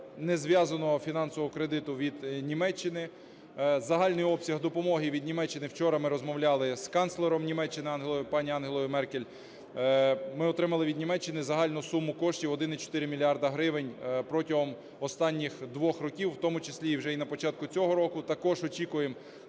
незв'язаного фінансового кредиту від Німеччини. Загальний обсяг допомоги від Німеччини (вчора ми розмовляли з канцлером Німеччини пані Ангелою Меркель), ми отримали від Німеччини загальну суму коштів 1,4 мільярда гривень протягом останніх двох років, в тому числі і вже на початку цього року також очікуємо